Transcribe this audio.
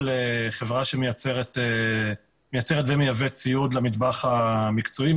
ברה שמייצרת ומייבאת ציוד למטבח המקצועי,